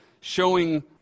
showing